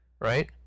right